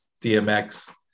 DMX